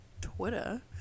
twitter